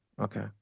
Okay